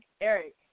Eric